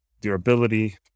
durability